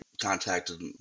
contacted